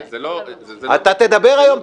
זה לא --- אתה תדבר היום,